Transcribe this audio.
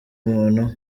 umuntu